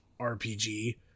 RPG